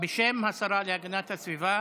בשם השרה להגנת הסביבה,